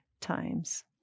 times